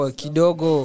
kidogo